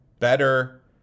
Better